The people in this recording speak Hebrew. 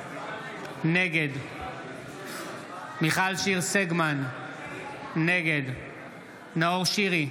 נגד מיכל שיר סגמן, נגד נאור שירי,